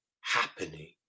happening